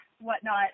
whatnot